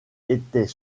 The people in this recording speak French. était